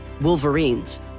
Wolverines